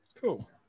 Cool